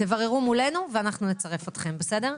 תבררו מולנו ואנחנו נצרף אתכם, בסדר?